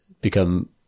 become